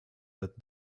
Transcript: that